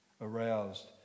aroused